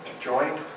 joined